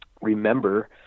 remember